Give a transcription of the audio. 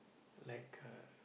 like uh